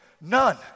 none